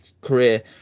career